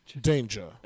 Danger